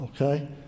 Okay